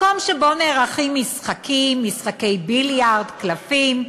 מקום שבו נערכים משחקים, משחקי ביליארד, קלפים,